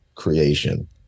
creation